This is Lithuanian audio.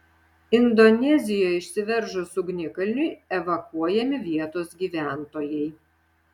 indonezijoje išsiveržus ugnikalniui evakuojami vietos gyventojai